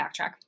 backtrack